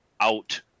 out